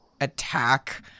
attack